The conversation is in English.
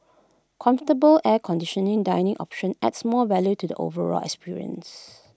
comfortable air conditioning dining option adds more value to the overall experience